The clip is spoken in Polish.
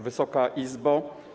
Wysoka Izbo!